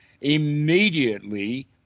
Immediately